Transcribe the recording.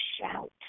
shout